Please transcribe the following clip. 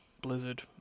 Blizzard